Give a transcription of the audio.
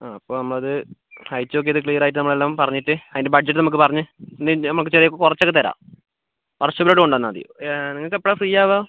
അപ്പോൾ നമ്മൾ അത് അഴിച്ചു നോക്കിയിട്ട് ക്ലിയർ ആയിട്ട് നമ്മൾ എല്ലാം പറഞ്ഞിട്ട് അതിൻ്റെ ബഡ്ജറ്റ് നമ്മൾ പറഞ്ഞ് നമുക്ക് കുറച്ചൊക്കെ തരാം വർഷോപ്പിലോട്ട് കൊണ്ട് വന്നാൽ മതി നിങ്ങൾക്ക് എപ്പോഴാണ് ഫ്രീയാവുക